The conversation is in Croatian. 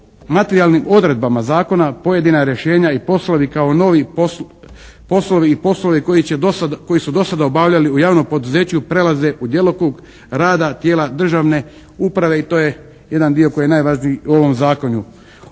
materijalnim odredbama zakona pojedina rješenja i poslovi kao novi poslovi i poslovi koji će do sada, koji su do sada obavljali u javnom poduzeću prelaze u djelokrug rada tijela državne uprave i to je jedan dio koji je najvažniji u ovom zakonu.